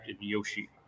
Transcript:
Yoshi